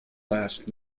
last